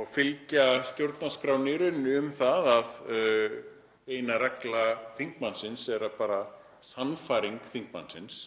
og fylgja stjórnarskránni í rauninni um það að eina regla þingmannsins er bara sannfæring þingmannsins,